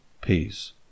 peace